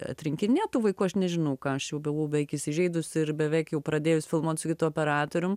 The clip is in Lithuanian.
atrinkinėt tų vaikų aš nežinau ką aš jau buvau beveik įsižeidus ir beveik jau pradėjus filmuot su kitu operatorium